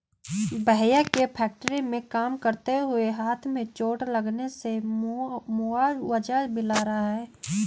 भैया के फैक्ट्री में काम करते हुए हाथ में चोट लगने से मुआवजा मिला हैं